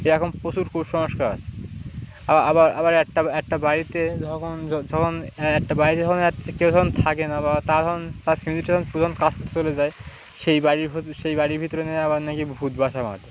এরকম প্রচুর কুসংস্কার আছে আবার আবার একটা একটা বাড়িতে যখন একটা বাড়িতে যখন কেউ ধরুন থাকে না বা তা ধরুন তার ফমিটা প্রধান কাজ চলে যায় সেই বাড়ির সেই বাড়ির ভিতরে নিয়ে আবার নিয়ে গিয়ে ভূতবাস